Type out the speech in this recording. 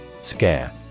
Scare